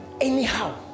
anyhow